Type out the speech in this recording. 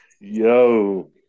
yo